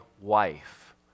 wife